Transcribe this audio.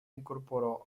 incorporó